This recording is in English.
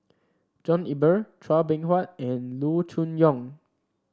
John Eber Chua Beng Huat and Loo Choon Yong